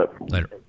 Later